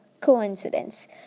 coincidence